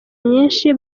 myinshi